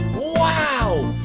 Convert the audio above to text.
wow,